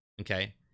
okay